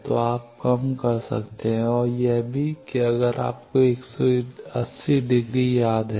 तो आप कम कर सकते हैं और यह भी कि अगर आपको वह 180 डिग्री याद है